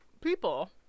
people